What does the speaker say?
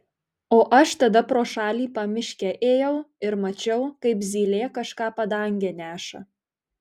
o aš tada pro šalį pamiške ėjau ir mačiau kaip zylė kažką padange neša